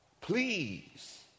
Please